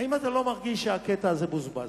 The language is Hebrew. האם אתה לא מרגיש שהקטע הזה בוזבז?